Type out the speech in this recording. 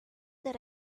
that